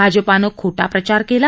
भाजपानं खोटा प्रचार केला